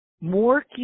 More